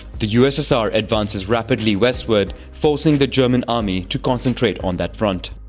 the ussr advances rapidly westward, forcing the german army to concentrate on that front.